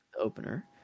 opener